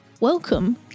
Welcome